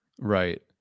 Right